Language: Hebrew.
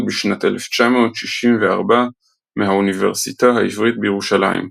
בשנת 1964 מהאוניברסיטה העברית בירושלים.